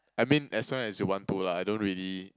I mean as long as you want to lah I don't really